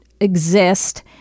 exist